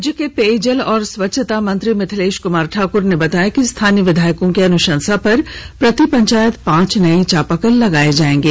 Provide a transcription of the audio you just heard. राज्य के पेयजल एवं स्वच्छता मंत्री मिथिलेष कुमार ठाकुर ने बताया कि स्थानीय विधायकों की अनुशंसा पर प्रति पंचायत पांच नए चापाकल लगाये जाएंगे